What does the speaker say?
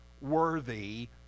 worthy